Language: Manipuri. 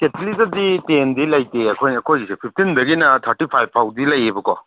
ꯀꯦꯠꯇꯂꯤꯗꯗꯤ ꯇꯦꯟꯗꯤ ꯂꯩꯇꯦ ꯑꯩꯈꯣꯏꯅ ꯑꯩꯈꯣꯏꯒꯤꯁꯦ ꯐꯤꯐꯇꯤꯟꯗꯒꯤꯅ ꯊꯥꯔꯇꯤ ꯐꯥꯏꯚ ꯐꯥꯎꯗꯤ ꯂꯩꯕꯀꯣ